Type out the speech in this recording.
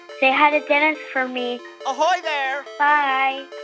say hi to dennis for me ahoy there bye